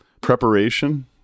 Preparation